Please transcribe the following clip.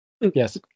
Yes